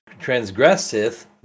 transgresseth